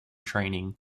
training